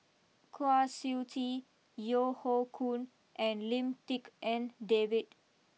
Kwa Siew Tee Yeo Hoe Koon and Lim Tik En David